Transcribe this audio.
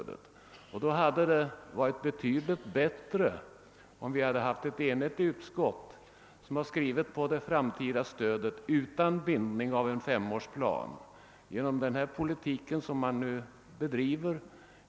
Därför hade det varit betydligt bättre om ett enhälligt utskott hade skrivit på det framtida stödet utan bindning av någon femårsplan.